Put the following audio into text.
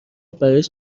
برایش